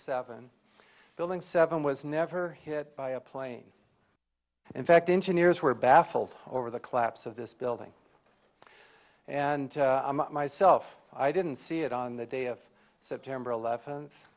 seven building seven was never hit by a plane in fact engineers were baffled over the collapse of this building and myself i didn't see it on the day of september eleventh